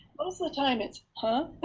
most of the time it's huh?